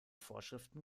vorschriften